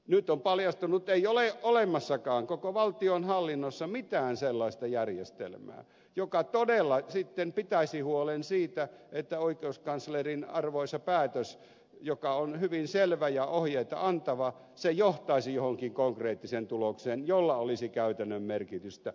nyt on paljastunut että ei ole olemassakaan koko valtionhallinnossa mitään sellaista järjestelmää joka todella sitten pitäisi huolen siitä että oikeuskanslerin arvoisa päätös joka on hyvin selvä ja ohjeita antava johtaisi johonkin konkreettiseen tulokseen jolla olisi käytännön merkitystä